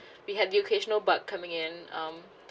we had the occasional but coming in um